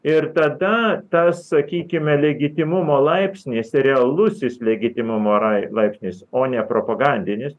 ir tada tas sakykime legitimumo laipsnis ir realusis legitimumo ra laipsnis o ne propagandinis